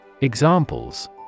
Examples